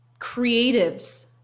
creatives